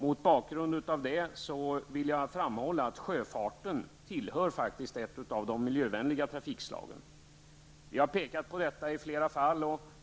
Mot bakgrund av det vill jag framhålla att sjöfarten faktiskt tillhör ett av de mer miljövänliga trafikslagen. Vi har i flera fall pekat på detta.